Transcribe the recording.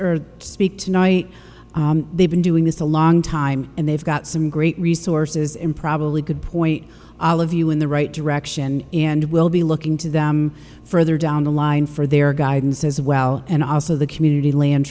are speak tonight they've been doing this a long time and they've got some great resources in probably a good point of view in the right direction and we'll be looking to them further down the line for their guidance as well and also the community land